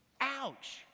ouch